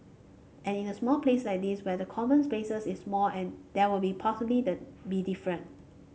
and in a small place like this where the common spaces is small and there will possibly be different